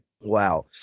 wow